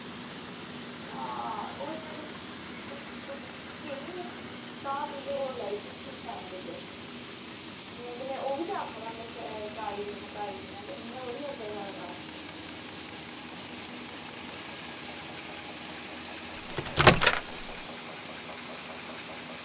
ओह् आं में तुंदे कोला तां ई लैंदी की तुस शैल दिंदे नेईं ता में ओह्बी आक्खा दा हा में ताज़ी दिन्ना ताज़ी दिन्ना ते इंया थोह्ड़े होंदा सारा कम्म